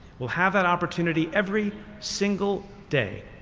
will have that opportunity every single day.